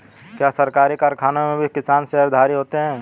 क्या सरकारी कारखानों में भी किसान शेयरधारी होते हैं?